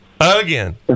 again